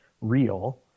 real